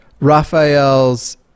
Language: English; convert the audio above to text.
Raphael's